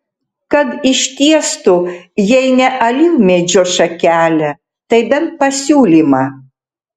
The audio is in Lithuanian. kad ištiestų jei ne alyvmedžio šakelę tai bent pasiūlymą